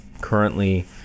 Currently